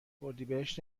اردیبهشت